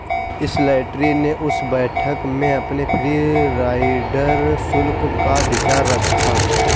Slattery ने उस बैठक में अपने फ्री राइडर शुल्क का विचार रखा